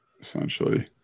Essentially